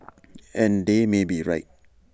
and they may be right